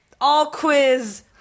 all-quiz